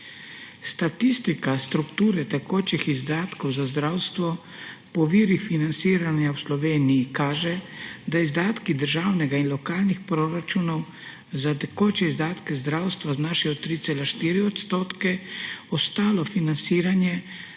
Statistika strukture tekočih izdatkov za zdravstvo po virih financiranja v Sloveniji kaže, da izdatki državnega in lokalnih proračunov za tekoče izdatke zdravstva znašajo 3,4 %, ostalo financiranje